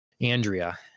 Andrea